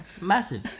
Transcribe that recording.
massive